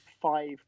five